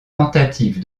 tentative